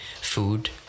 food